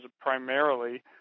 primarily